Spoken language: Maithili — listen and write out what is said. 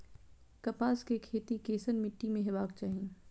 कपास के खेती केसन मीट्टी में हेबाक चाही?